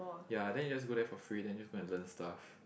ya then you just go there for free then just go and learn stuff